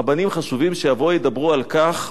רבנים חשובים שיבואו וידברו על כך